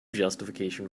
justification